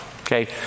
Okay